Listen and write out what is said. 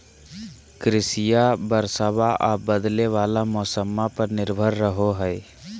कृषिया बरसाबा आ बदले वाला मौसम्मा पर निर्भर रहो हई